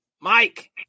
Mike